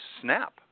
Snap